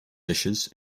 dishes